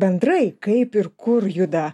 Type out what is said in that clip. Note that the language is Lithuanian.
bendrai kaip ir kur juda